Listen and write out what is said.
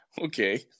Okay